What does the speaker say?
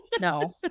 No